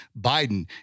Biden